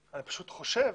אני פשוט חושב